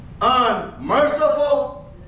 unmerciful